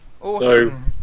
Awesome